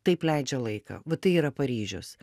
taip leidžia laiką va tai yra paryžius